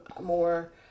more